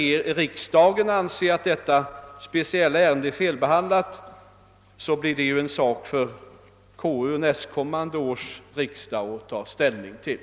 Huruvida detta speciella ärende är felbehandlat, blir en sak för konstitutionsutskottet vid nästa års riksdag att ta ställning till.